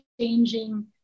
changing